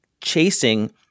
chasing